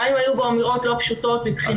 גם אם היו בו אמירות לא פשוטות כלפינו,